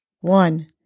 One